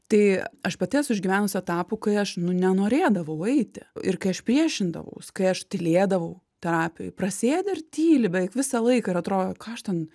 tai aš pati esu išgyvenusi etapų kai aš nu nenorėdavau eiti ir kai aš priešindavaus kai aš tylėdavau terapijoj prasėdi ir tyli beveik visą laiką ir atrodo ką aš ten